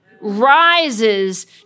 rises